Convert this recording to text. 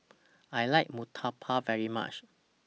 I like Murtabak very much